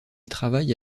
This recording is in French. travaille